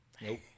Nope